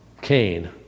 Cain